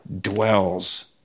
dwells